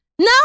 No